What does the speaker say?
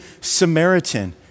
Samaritan